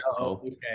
Okay